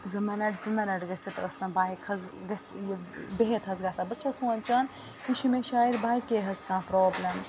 زٕ مِنَٹ زٕ مِنَٹ گٔژھِتھ ٲس مےٚ بایک حظ گژھہِ یہِ بِہِتھ حظ گژھان بہٕ چھیٚس سونٛچان یہِ چھِ مےٚ شاید بایکیٚے حظ کانٛہہ پرٛابلم